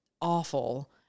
awful